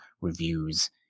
reviews